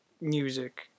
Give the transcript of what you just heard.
music